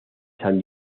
san